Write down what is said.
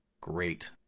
great